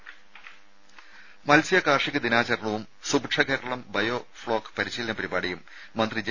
രുമ മത്സ്യ കാർഷിക ദിനാചരണവും സുഭിക്ഷ കേരളം ബയോ ഫ്ലോക് പരിശീലന പരിപാടിയും മന്ത്രി ജെ